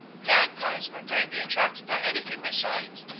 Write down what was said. magpies are greatly attracted by anything that shines,